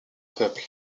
peuple